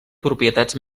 propietats